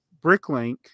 BrickLink